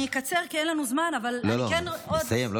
אני אקצר, כי אין לנו זמן, אבל, לא, לא, לסיים.